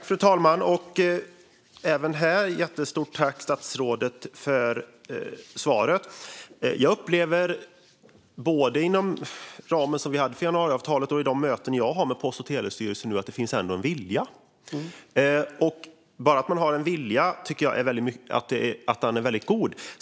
Fru talman! Även här vill jag rikta ett jättestort tack till statsrådet för svaret. Jag upplever både inom ramen som vi hade för januariavtalet och i de möten som jag har med Post och telestyrelsen att det ändå finns en vilja. Bara att man har en god vilja är bra.